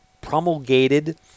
promulgated